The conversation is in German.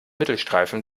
mittelstreifen